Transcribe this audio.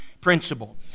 principle